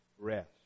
rest